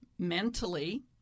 Mentally